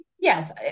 Yes